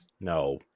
No